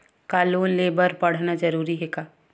का लोन ले बर पढ़ना जरूरी हे का?